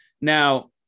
Now